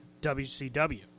WCW